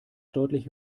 deutlich